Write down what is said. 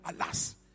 alas